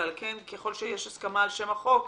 ולכן ככל שיש הסכמה על שם החוק,